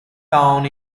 town